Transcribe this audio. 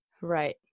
Right